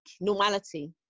normality